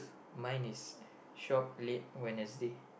mine is shop late Wednesday